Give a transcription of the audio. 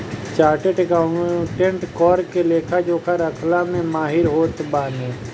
chartered accountant कर के लेखा जोखा रखला में माहिर होत बाने